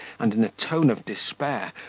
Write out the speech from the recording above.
and in a tone of despair,